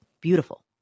beautiful